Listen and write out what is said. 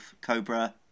cobra